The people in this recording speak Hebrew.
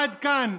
עד כאן.